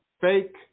fake